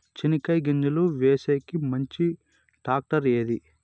చెనక్కాయ గింజలు వేసేకి మంచి టాక్టర్ ఏది?